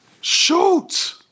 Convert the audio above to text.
Shoot